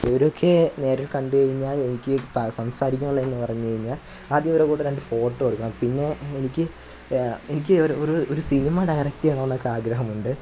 ഇവരെ ഒക്കെ നേരിൽ കണ്ടു കഴിഞ്ഞാൽ എനിക്ക് സംസാരിക്കാനുള്ളതെന്ന് പറഞ്ഞു കഴിഞ്ഞാൽ ആദ്യം ഇവരുടെ കൂടെ രണ്ട് ഫോട്ടോ എടുക്കണം പിന്നേ എനിക്ക് അ എനിക്ക് ഒരു ഒരു സിനിമ ഡയറക്റ്റ് ചെയ്യണമെന്നൊക്കെ ആഗ്രഹമുണ്ട്